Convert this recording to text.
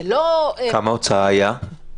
זה לא --- כמה ההוצאה הייתה?